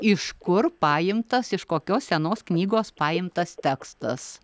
iš kur paimtas iš kokios senos knygos paimtas tekstas